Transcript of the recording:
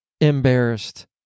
embarrassed